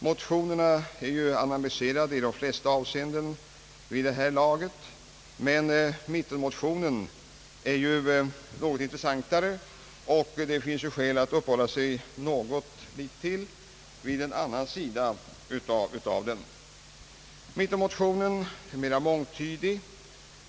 Motionerna är ju vid detta laget analyserade i de flesta avseenden, men mittenmotionen är något intressantare, och det finns skäl att uppehålla sig något mer vid en annan sida av den. Mittenmotionen är mera mångtydig.